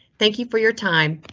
thank you for your time.